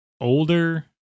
older